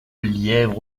lièvre